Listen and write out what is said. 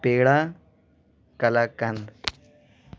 پیڑا kalakand